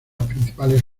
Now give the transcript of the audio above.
principales